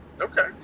Okay